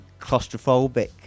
claustrophobic